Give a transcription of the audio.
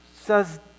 says